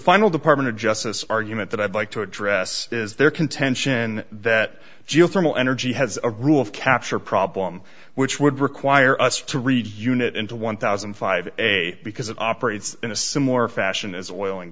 final department of justice argument that i'd like to address is their contention that geothermal energy has a rule of capture problem which would require us to read unit into one thousand and five a because it operates in a similar fashion as oil and